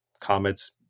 comets